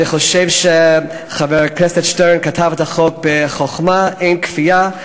אני חושב שחבר הכנסת שטרן כתב את החוק בחוכמה: אין כפייה,